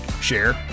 share